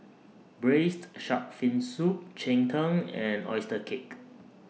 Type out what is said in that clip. Braised Shark Fin Soup Cheng Tng and Oyster Cake